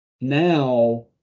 Now